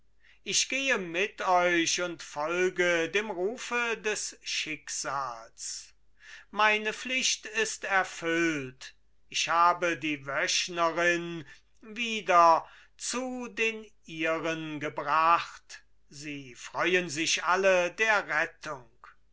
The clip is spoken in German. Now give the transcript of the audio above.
ich gehe mit euch und folge dem rufe des schicksals meine pflicht ist erfüllt ich habe die wöchnerin wieder zu den ihren gebracht sie freuen sich alle der rettung